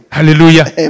Hallelujah